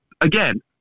again